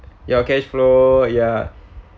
your cash flow ya